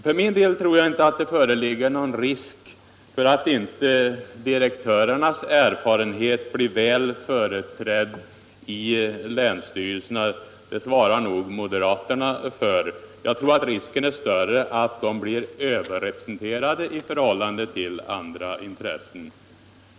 För min del tror jag inte att det föreligger någon risk för att inte direktörernas erfarenhet blir väl företrädd i länsstyrelserna. Det svarar nog moderaterna för. Jag tror risken är större att de blir överrepresenterade i förhållande till andra intressen.